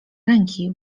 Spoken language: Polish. ręki